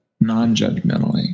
non-judgmentally